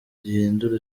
gihindura